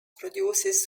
produces